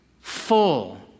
full